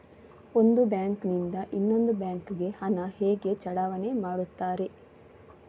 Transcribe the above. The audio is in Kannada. ಒಂದು ಬ್ಯಾಂಕ್ ನಿಂದ ಇನ್ನೊಂದು ಬ್ಯಾಂಕ್ ಗೆ ಹಣ ಹೇಗೆ ಚಲಾವಣೆ ಮಾಡುತ್ತಾರೆ?